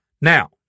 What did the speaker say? Now